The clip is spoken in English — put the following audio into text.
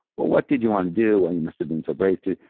what what did you want to do when you must've been so brave to?